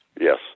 Yes